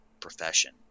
profession